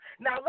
Now